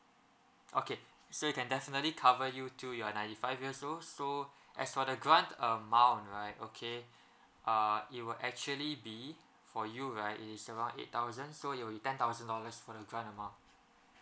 okay so it can definitely cover you till you are ninety five years old so as for the grant amount right okay err it will actually be for you right is around eight thousand so you you ten thousand dollars for the grant amount